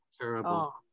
Terrible